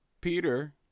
Peter